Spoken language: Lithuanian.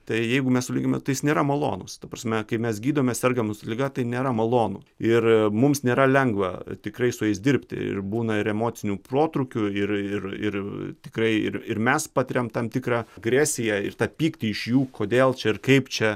tai jeigu mes sulygi tai jis nėra malonus ta prasme kai mes gydome sergamus liga tai nėra malonu ir mums nėra lengva tikrai su jais dirbti ir būna ir emocinių protrūkių ir ir ir tikrai ir ir mes patiriam tam tikrą agresiją ir tą pyktį iš jų kodėl čia ir kaip čia